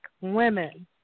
women